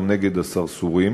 גם נגד הסרסורים.